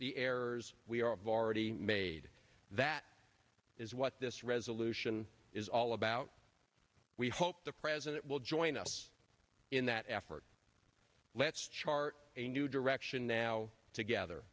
the errors we are of already made that is what this resolution is all about we hope the president will join us in that effort let's chart a new direction now together